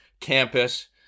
campus